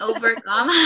Overcome